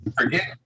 Forget